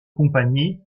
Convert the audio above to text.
compagnie